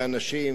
והצלחת,